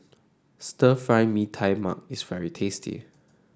Stir Fry Mee Tai Mak is very tasty